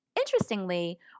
Interestingly